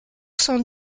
sans